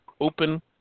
Open